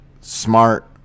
smart